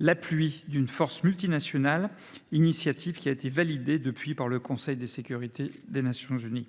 l’appui d’une force multinationale, une initiative qui a été ensuite validée par le Conseil de sécurité des Nations unies.